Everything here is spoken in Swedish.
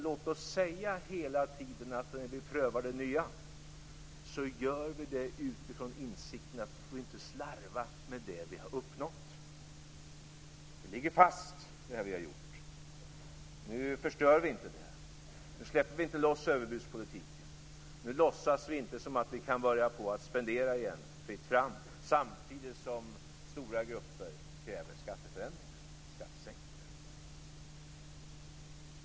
Låt oss hela tiden säga att när vi prövar det nya så gör vi utifrån insikten att vi inte får slarva med det som vi uppnått. Det vi har gjort ligger fast. Nu förstör vi inte det. Nu släpper vi inte loss överbudspolitiken. Nu låtsas vi inte som att vi kan börja spendera igen fritt fram samtidigt som stora grupper kräver skatteförändringar och skattesänkningar.